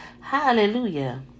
Hallelujah